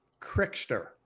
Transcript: Crickster